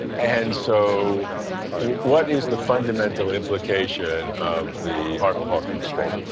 and so what is the fundamental implication of the hardle hawking state?